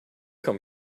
come